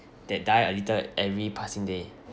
that die a little every passing day